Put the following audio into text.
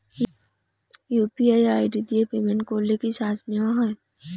UPI ID দিয়ে payment করলে কি চার্জ নেয়া হয়?